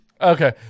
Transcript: Okay